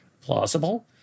plausible